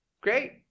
Great